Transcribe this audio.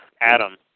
Adam